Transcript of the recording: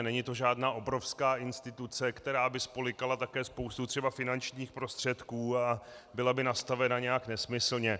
Není to žádná obrovská instituce, která by spolykala také spoustu třeba finančních prostředků a byla by nastavena nějak nesmyslně.